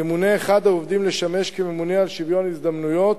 ימונה אחד העובדים לשמש כממונה על שוויון ההזדמנויות,